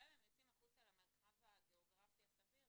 גם אם הם יוצאים החוצה למרחב הגיאוגרפי הסביר,